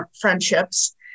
friendships